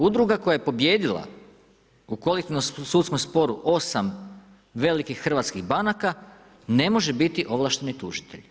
Udruga koja je pobijedila, u kolektivnom sudskom sporu, 8 velikih hrvatskih banaka ne može biti ovlašteni tužitelj.